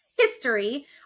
history